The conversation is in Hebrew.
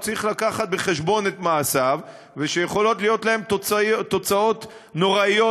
הוא צריך לקחת בחשבון את מעשיו ושיכולות להיות להם תוצאות נוראיות,